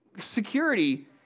security